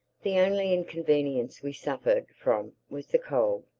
the only inconvenience we suffered from was the cold.